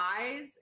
eyes